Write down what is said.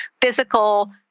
physical